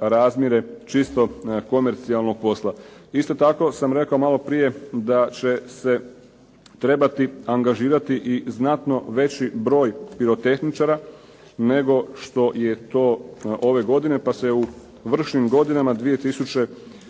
razmjere čistog komercijalnog posla. Isto tako sam rekao malo prije da će se trebati angažirati i znatno veći broj pirotehničara, nego što je to ove godine, pa se u vršnim godinama 2013.,